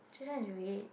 just now she weight